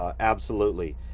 ah absolutely,